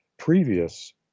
Previous